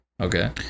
Okay